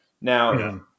Now